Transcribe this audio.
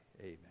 Amen